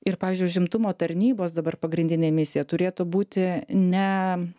ir pavyzdžiui užimtumo tarnybos dabar pagrindinė misija turėtų būti ne